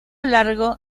largo